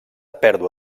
pèrdua